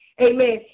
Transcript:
Amen